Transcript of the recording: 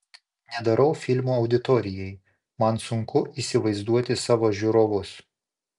nedarau filmų auditorijai man sunku įsivaizduoti savo žiūrovus